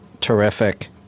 terrific